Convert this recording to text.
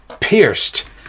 pierced